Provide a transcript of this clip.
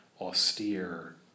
austere